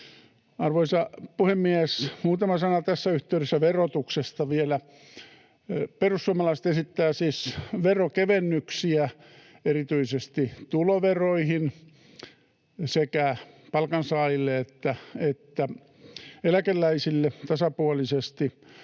Arvoisa puhemies! Muutama sana tässä yhteydessä verotuksesta vielä. Perussuomalaiset esittävät siis veronkevennyksiä erityisesti tuloveroihin, sekä palkansaajille että eläkeläisille tasapuolisesti.